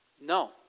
No